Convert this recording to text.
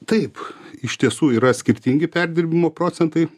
taip iš tiesų yra skirtingi perdirbimo procentai